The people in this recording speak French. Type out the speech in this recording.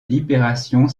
libération